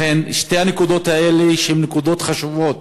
לכן, שתי הנקודות האלה הן נקודות חשובות